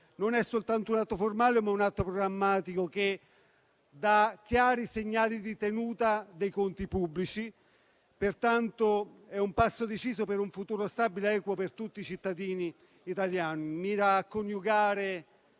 non è soltanto un atto formale, ma è anche un atto programmatico, che dà chiari segnali di tenuta dei conti pubblici. Pertanto, è un passo deciso per un futuro stabile ed equo per tutti i cittadini italiani.